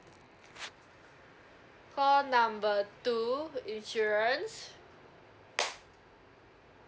call number two insurance